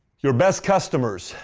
your best customers,